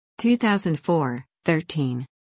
2004-13